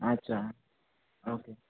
अच्छा ओके